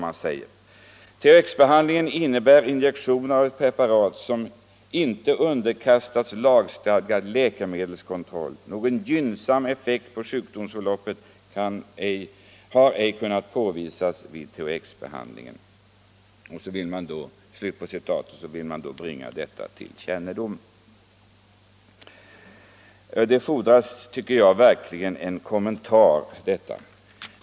Citatet fortsätter: ”THX behandling innebär injektioner av ett preparat, som inte underkastats lagstadgad läkemedelskontroll. Någon gynnsam effekt på sjukdomsförlopp har ej kunnat påvisas vid THX-behandling.” Så vill man då bringa detta till kännedom. Det fordras, tycker jag, verkligen en kommentar till detta.